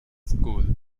school